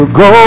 go